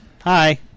Hi